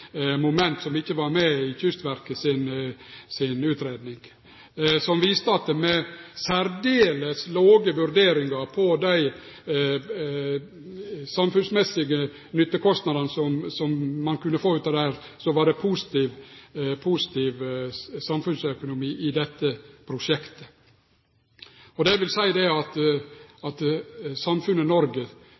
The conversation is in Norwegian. moment som ikkje var med i Kystverket si utgreiing, som viste at med særdeles låge vurderingar med omsyn til dei samfunnsmessige nyttekostnadene som ein kunne få ut av dette, var det positiv samfunnsøkonomi i dette prosjektet. Det vil seie at samfunnet Noreg tener på at